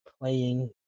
playing